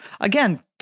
again